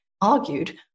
argued